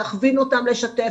להכווין אותם לשתף,